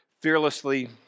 fearlessly